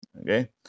okay